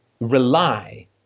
rely